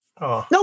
No